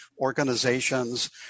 organizations